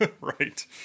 Right